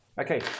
Okay